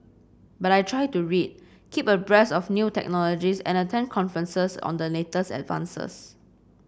but I try to read keep abreast of new technologies and attend conferences on the latest advances